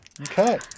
Okay